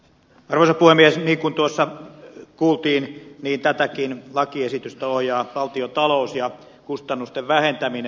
niin kuin tuossa kuultiin tätäkin lakiesitystä ohjaa valtiontalous ja kustannusten vähentäminen